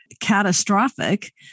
catastrophic